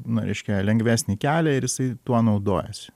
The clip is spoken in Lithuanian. nu reiškia lengvesnį kelią ir jisai tuo naudojasi